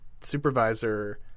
supervisor